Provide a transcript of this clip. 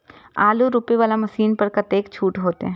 आलू रोपे वाला मशीन पर कतेक छूट होते?